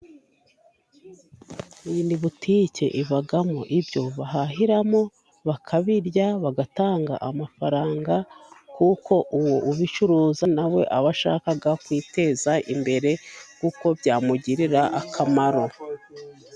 Iyi ni butike ibamo ibyo bahahiramo， bakabirya， bagatanga amafaranga， kuko uwo ubicuruza nawe aba ashaka kwiteza imbere， kuko byamugirira akamaro.